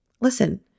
Listen